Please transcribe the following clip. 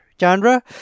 genre